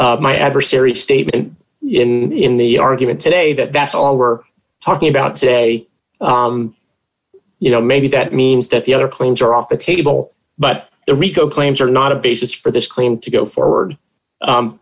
treat my adversary statement in the argument today that that's all we're talking about today you know maybe that means that the other claims are off the table but the rico claims are not a basis for this claim to go forward